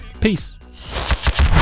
peace